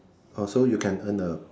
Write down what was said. oh so you can earn a